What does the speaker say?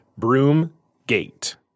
Broomgate